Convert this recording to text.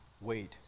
wait